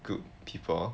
group people